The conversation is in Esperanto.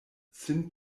sin